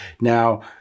Now